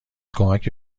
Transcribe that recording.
کمک